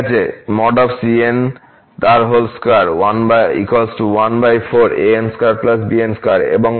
ঠিক আছে এবং